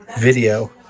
video